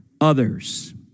others